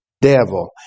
devil